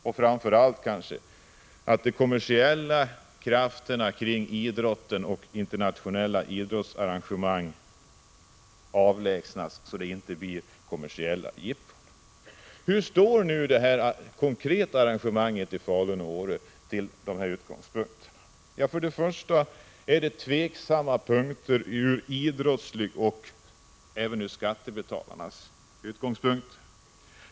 Och framför allt skall de kommersiella krafterna kring idrotten och internationella idrottsarrangemang avlägsnas, så att dessa inte blir kommersiella jippon. Hur förhåller sig de konkreta arrangemangen i Falun och Åre till dessa utgångspunkter? Ja, först och främst finns det tveksamma inslag från idrottslig utgångspunkt. Vidare finns det tveksamheter från skattebetalarnas utgångspunkt.